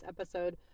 episode